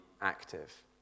active